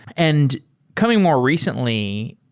and coming more recently,